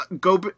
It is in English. go